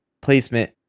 placement